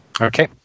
Okay